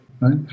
right